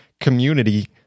community